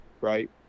Right